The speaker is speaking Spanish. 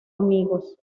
amigos